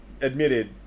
admitted